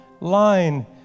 line